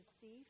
thief